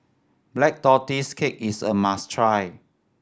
Black Tortoise Cake is a must try